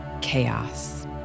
chaos